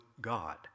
God